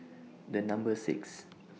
The Number six